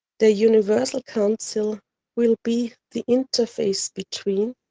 the universal council will be the interface between